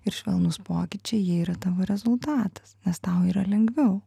ir švelnūs pokyčiai jie yra tavo rezultatas nes tau yra lengviau